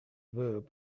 verb